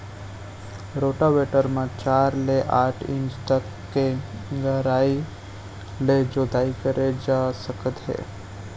rotavator म चार ले आठ इंच तक के गहराई ले जोताई करे जा सकत हे